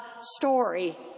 story